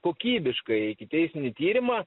kokybiškai ikiteisminį tyrimą